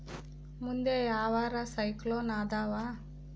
ಮುಂದೆ ಯಾವರ ಸೈಕ್ಲೋನ್ ಅದಾವ?